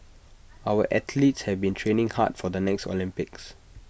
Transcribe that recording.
our athletes have been training hard for the next Olympics